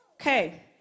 Okay